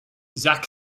zack